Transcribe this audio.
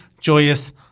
Joyous